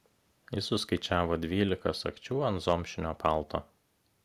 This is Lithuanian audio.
jis suskaičiavo dvylika sagčių ant zomšinio palto